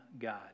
God